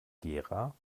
gera